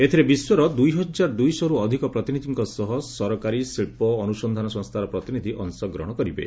ଏଥିରେ ବିଶ୍ୱର ଦୁଇହଜାର ଦୁଇଶହରୁ ଅଧିକ ପ୍ରତିନିଧି ସହ ସରକାରୀ ଶିଳ୍ପ ଅନୁସନ୍ଧାନ ସଂସ୍ଥାର ପ୍ରତିନିଧି ଅଂଶ୍ରଗହଣ କରିବେ